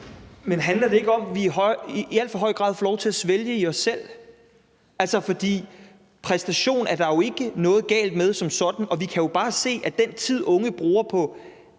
Men handler det ikke om, at vi i al for høj grad får lov til at svælge i os selv? Præstation som sådan er der jo ikke noget galt med, og vi kan jo bare se, at den tid, unge bruger på